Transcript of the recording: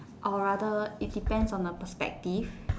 I would rather it depends on the perspective